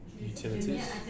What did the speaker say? utilities